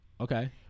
okay